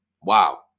Wow